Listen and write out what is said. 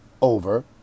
over